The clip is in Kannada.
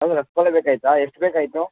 ಹೌದಾ ರಸಬಾಳೆ ಬೇಕಾಗಿತ್ತಾ ಎಷ್ಟು ಬೇಕಾಗಿತ್ತು